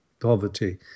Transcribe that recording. poverty